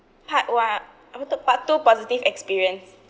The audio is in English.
part one apa tu part two positive experience